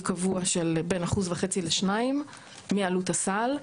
קבוע של בין 1.5% ל-2% מעלות הסל.